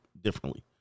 differently